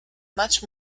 much